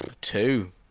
Two